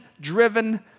driven